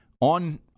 On